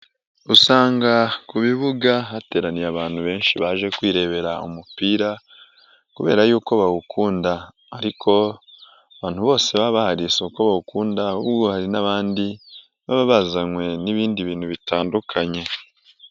Usanga ku bibuga hateraniye abantu benshi baje kwirebera umupira kubera yuko bawukunda ariko abantu bose baba bahari siko bawukunda ahubwo hari n'abandi baba bazanywe n'ibindi bintu bitandukanye.